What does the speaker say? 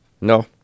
No